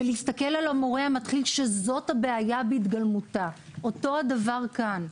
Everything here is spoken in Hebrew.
ולהסתכל על המורה המתחיל שזאת הבעיה בהתגלמותה אותו הדבר כאן.